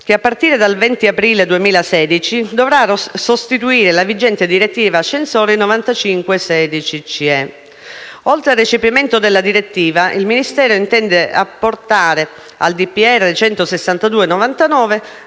che, a partire dal 20 aprile 2016, dovrà sostituire la vigente direttiva ascensori 95/16/CE. Oltre al recepimento della direttiva, il Ministero intende apportare al decreto